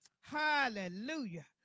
Hallelujah